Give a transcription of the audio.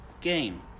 game